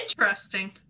interesting